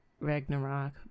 Ragnarok